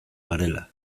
garela